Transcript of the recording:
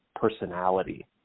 personality